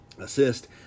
assist